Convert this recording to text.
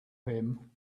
him